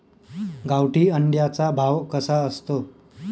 गावठी अंड्याचा भाव कसा असतो?